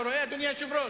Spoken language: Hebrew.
אתה רואה, אדוני היושב-ראש?